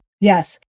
Yes